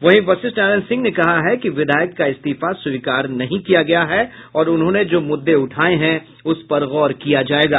वहीं वशिष्ठ नारायण सिंह ने कहा कि विधायक का इस्तीफा स्वीकार नहीं किया गया है और उन्होंने जो मुद्दे उठाये हैं उस पर गौर किया जायेगा